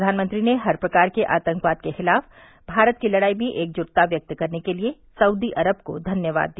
प्रधानमंत्री ने हर प्रकार के आतंकवाद के खिलाफ भारत की लड़ाई में एकजुटता व्यक्त करने के लिए सऊदी अरब को धन्यवाद दिया